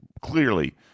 Clearly